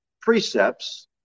precepts